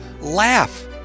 laugh